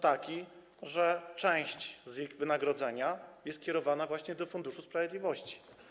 Taki, że część ich wynagrodzenia jest kierowana do Funduszu Sprawiedliwości.